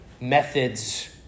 methods